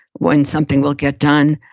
when something will get done.